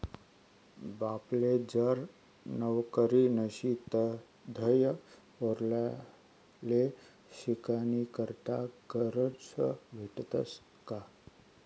बापले जर नवकरी नशी तधय पोर्याले शिकानीकरता करजं भेटस का?